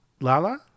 Lala